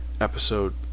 episode